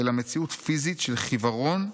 אלא מציאות פיזית של חיוורון ויובש.